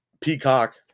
Peacock